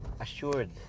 assured